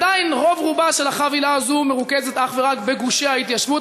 עדיין רוב-רובה של החבילה הזאת מרוכז אך ורק בגושי ההתיישבות.